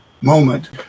moment